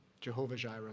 Jehovah-Jireh